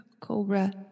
cobra